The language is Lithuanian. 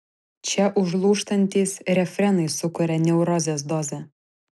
čia užlūžtantys refrenai sukuria neurozės dozę